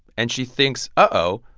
and she thinks uh-oh,